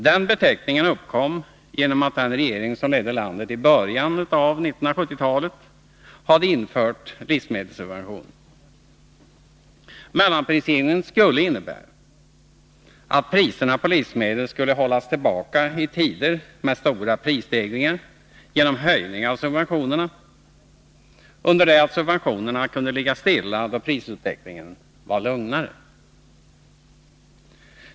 Den beteckningen uppkom genom att den regering som ledde landet i början av 1970-talet hade infört livsmedelssubventioner. Mellanprislinjen skulle innebära att priserna på livsmedel skulle hållas tillbaka i tider med stora prisstegringar genom höjning av subventionerna, under det att subventionerna kunde ligga stilla då prisutvecklingen var lugnare.